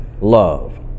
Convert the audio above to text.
love